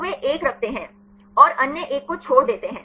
तो वे 1 रखते हैं और अन्य एक को छोड़ देते हैं